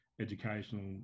educational